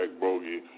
bogey